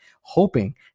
hoping